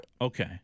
Okay